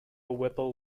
whipple